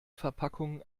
verpackung